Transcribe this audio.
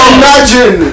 imagine